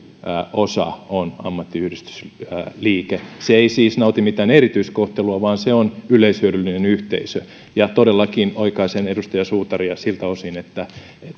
osa ammattiyhdistysliike on se ei siis nauti mitään erityiskohtelua vaan se on yleishyödyllinen yhteisö ja todellakin oikaisen edustaja suutaria siltä osin että